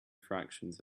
fractions